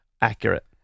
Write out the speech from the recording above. accurate